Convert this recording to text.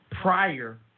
prior